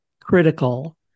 critical